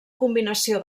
combinació